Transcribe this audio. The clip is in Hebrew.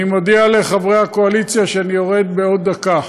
אני מודיע לחברי הקואליציה שאני יורד בעוד דקה.